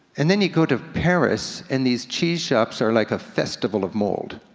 and then you go to paris and these cheese shops are like a festival of mold.